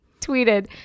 tweeted